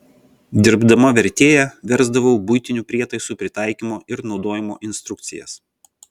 dirbdama vertėja versdavau buitinių prietaisų pritaikymo ir naudojimo instrukcijas